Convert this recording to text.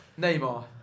Neymar